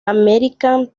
american